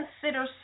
consider